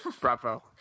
Bravo